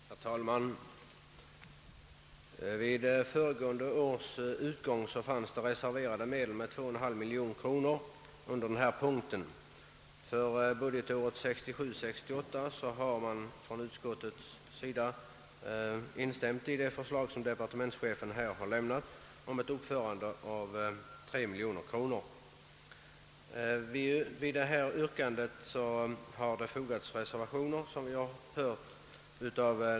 Herr talman! Vid föregående budgetårs utgång uppgick å anslaget under denna punkt reserverade medel till 2,3 miljoner kronor. För budgetåret 1967/68 föreslår departementschefen att anslaget föres upp med oförändrat 3 miljoner kronor, och utskottet har anslutit sig till detta förslag.